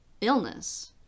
illness